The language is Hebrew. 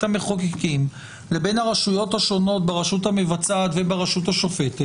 המחוקקים לבין הרשויות השונות ברשות המבצעת וברשות השופטת,